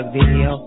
video